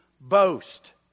boast